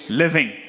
living